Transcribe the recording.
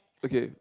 okay